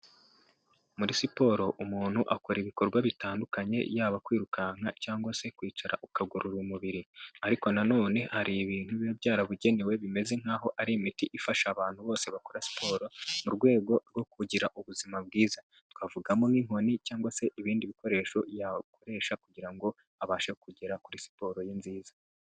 Muri siporo umuntu akora ibikorwa bitandukanye yaba kwirukanka cyangwa se kwicara ukagorora umubiri. Ariko nanone hari ibintu biba byarabugenewe bimeze nk'aho ari imiti ifasha abantu bose bakora siporo, mu rwego rwo kugira ubuzima bwiza. Twavugamo nk'inkoni cyangwa se ibindi bikoresho yakoresha, kugira ngo abashe kugera kuri siporo ye nziza.